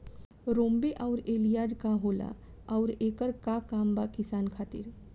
रोम्वे आउर एलियान्ज का होला आउरएकर का काम बा किसान खातिर?